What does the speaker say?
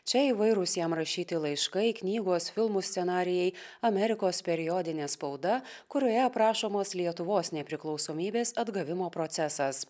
čia įvairūs jam rašyti laiškai knygos filmų scenarijai amerikos periodinė spauda kurioje aprašomos lietuvos nepriklausomybės atgavimo procesas